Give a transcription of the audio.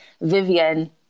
Vivian